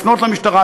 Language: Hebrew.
לפנות למשטרה,